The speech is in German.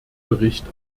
bericht